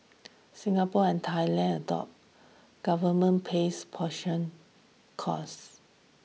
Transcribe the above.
Singapore and Thailand adopt government pays portion costs